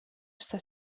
està